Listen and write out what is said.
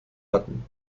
hatten